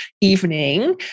evening